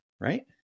Right